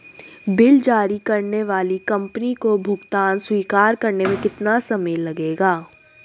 Bill जारी करने वाली कंपनी को भुगतान स्वीकार करने में कितना समय लगेगा?